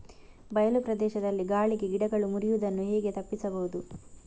ಬಯಲು ಪ್ರದೇಶದಲ್ಲಿ ಗಾಳಿಗೆ ಗಿಡಗಳು ಮುರಿಯುದನ್ನು ಹೇಗೆ ತಪ್ಪಿಸಬಹುದು?